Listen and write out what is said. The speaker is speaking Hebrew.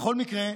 בכל מקרה,